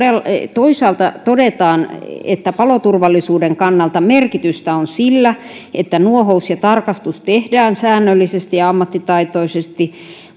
toisaalta todetaan että paloturvallisuuden kannalta merkitystä on sillä että nuohous ja tarkastus tehdään säännöllisesti ja ammattitaitoisesti